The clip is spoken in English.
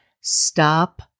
stop